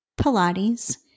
Pilates